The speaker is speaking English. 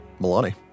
Milani